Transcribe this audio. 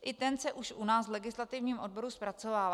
I ten se už u nás v legislativním odboru zpracovává.